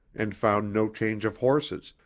and found no change of horses,